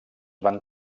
van